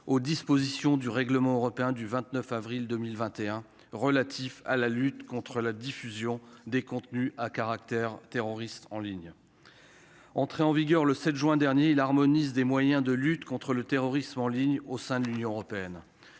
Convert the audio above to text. aux dispositions du règlement européen du 29 avril 2021 relatif à la lutte contre la diffusion des contenus à caractère terroriste en ligne, entré en vigueur le 7 juin dernier il harmonise des moyens de lutte contre le terrorisme en ligne au sein de l'Union européenne,